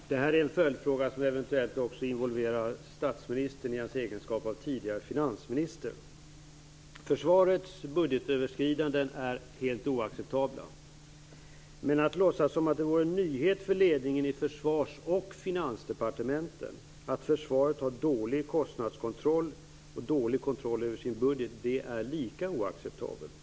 Fru talman! Detta är en följdfråga som eventuellt också involverar statsministern i hans egenskap av tidigare finansminister. Försvarets budgetöverskridanden är helt oacceptabla. Att låtsas som att det vore en nyhet för ledningarna i Försvars och Finansdepartementen att försvaret har en dålig kostnadskontroll och dålig kontroll över sin budget är lika oacceptabelt.